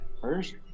first